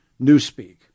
newspeak